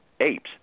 apes